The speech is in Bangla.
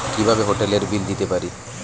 কিভাবে হোটেলের বিল দিতে পারি?